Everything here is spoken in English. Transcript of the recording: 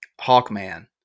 Hawkman